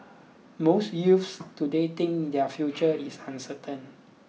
most youths today think their future is uncertain